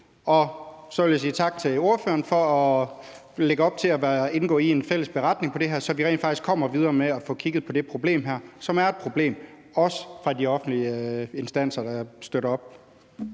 tak til ordføreren for at lægge op til at indgå i en fælles beretning på det her, så vi rent faktisk kommer videre med at få kigget på det her problem, som er et problem, også set fra de instanser, der offentligt